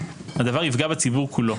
הדבר יפגע בציבור כולו.